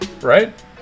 right